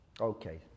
Okay